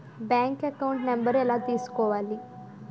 Bank account number ఎలా తీసుకోవాలి?